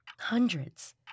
Hundreds